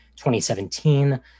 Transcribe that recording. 2017